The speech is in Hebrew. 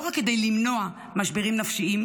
לא רק כדי למנוע משברים נפשיים,